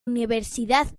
universidad